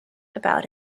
about